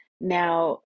Now